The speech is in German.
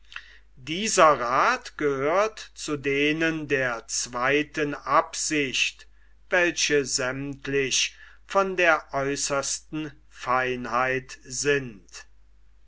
dieser rath gehört zu denen der zweiten absicht welche sämmtlich von der äußersten feinheit sind